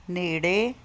ਨੇੜੇ